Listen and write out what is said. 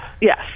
yes